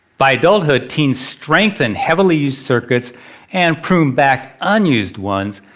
by adulthood teens strengthen heavily used circuits and prune back unused ones.